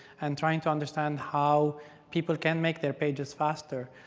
and trying to understand how people can make their pages faster.